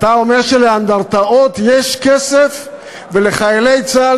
אתה אומר שלאנדרטאות יש כסף ולחיילי צה"ל